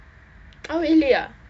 oh really ah